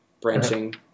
branching